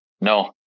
No